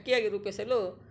ಅಕ್ಕಿಯಾಗಿ ರೂಪಿಸಲು